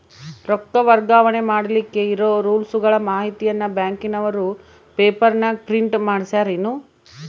ರೊಕ್ಕ ವರ್ಗಾವಣೆ ಮಾಡಿಲಿಕ್ಕೆ ಇರೋ ರೂಲ್ಸುಗಳ ಮಾಹಿತಿಯನ್ನ ಬ್ಯಾಂಕಿನವರು ಪೇಪರನಾಗ ಪ್ರಿಂಟ್ ಮಾಡಿಸ್ಯಾರೇನು?